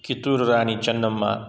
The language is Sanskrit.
कित्तूरुराणिचेन्नम्म